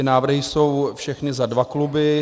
Návrhy jsou všechny za dva kluby.